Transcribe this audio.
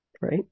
right